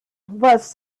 was